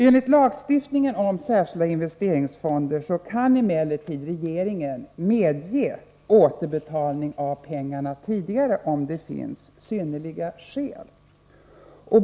Enligt lagstiftningen om särskilda investeringsfonder kan emellertid regeringen medge återbetalning av pengarna tidigare, om det finns synnerliga skäl.